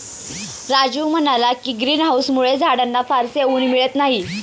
राजीव म्हणाला की, ग्रीन हाउसमुळे झाडांना फारसे ऊन मिळत नाही